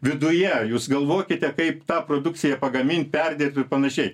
viduje jūs galvokite kaip tą produkciją pagamint perdėt ir panašiai